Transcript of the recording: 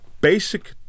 basic